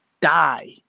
die